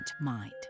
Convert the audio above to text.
mind